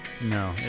No